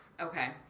okay